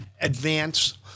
advance